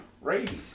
rabies